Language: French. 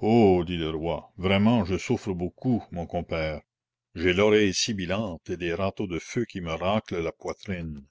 oh dit le roi vraiment je souffre beaucoup mon compère j'ai l'oreille sibilante et des râteaux de feu qui me raclent la poitrine